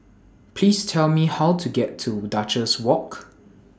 Please Tell Me How to get to Duchess Walk